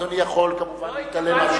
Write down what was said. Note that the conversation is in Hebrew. אדוני יכול, כמובן, להתעלם מהשאלות.